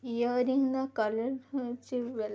earring colour ହେଉଛି